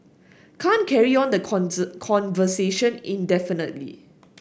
can't carry on the conversation indefinitely